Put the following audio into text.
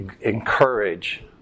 encourage